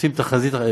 עושים תחזית,